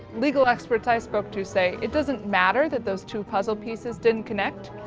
legal experts i spoke to say, it doesn't matter that those two puzzle pieces didn't connect.